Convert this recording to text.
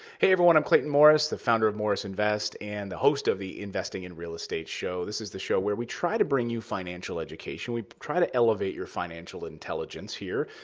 hey, everyone. i'm clayton morris, the founder of morris invest, and the host of the investing in real estate show. this is the show where we try to bring you financial education. we try to elevate your financial intelligence here.